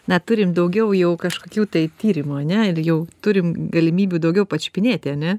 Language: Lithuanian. na turim daugiau jau kažkokių tai tyrimų ane ir jau turim galimybių daugiau pačiupinėti ane